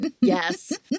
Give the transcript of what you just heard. Yes